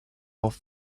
off